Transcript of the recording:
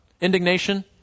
Indignation